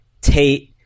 Tate